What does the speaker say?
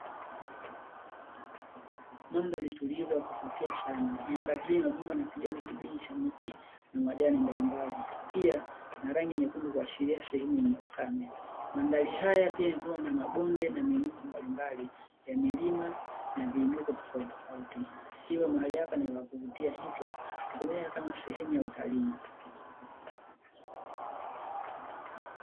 Mandhari tulivu ya kuvutia sana mandhari hii imekumbwa na kijani kibichi cha miti na majani mbalimbali, pia na rangi nyekundu kuashiria sehemu yenye ukame. mandhari haya pia hua na mabonde na miinuko mbalimbali ya milima na viinuko tofautitofauti hivyo mahali hapa ni pakuvutia hivyo kutumika kama sehemu ya utalii.